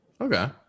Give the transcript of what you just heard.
Okay